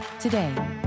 Today